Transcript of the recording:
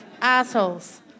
assholes